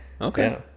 okay